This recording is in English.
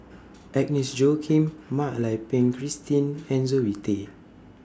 Agnes Joaquim Mak Lai Peng Christine and Zoe Tay